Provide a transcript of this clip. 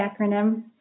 acronym